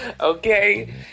Okay